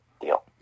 deal